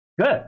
Good